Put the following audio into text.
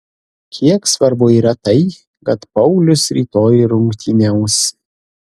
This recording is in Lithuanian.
kiek svarbu yra tai kad paulius rytoj rungtyniaus